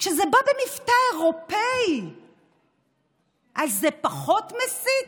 כשזה בא במבטא אירופי אז זה פחות מסית?